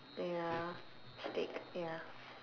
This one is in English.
ya steak ya